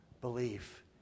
belief